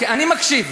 אני מקשיב,